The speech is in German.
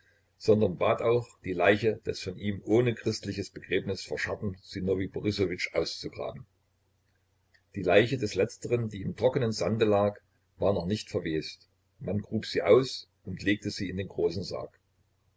sondern bat auch die leiche des von ihm ohne christliches begräbnis verscharrten sinowij borissowitsch auszugraben die leiche des letzteren die im trockenen sande lag war noch nicht verwest man grub sie aus und legte sie in den großen sarg